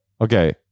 Okay